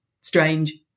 strange